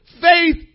faith